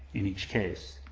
in each case.